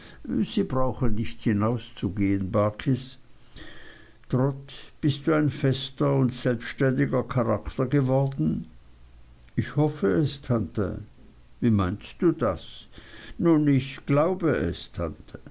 sie brauchen nicht hinauszugehen barkis trot bist du ein fester und selbständiger charakter geworden ich hoffe es tante wie meinst du das nun ich glaube es tante